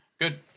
Good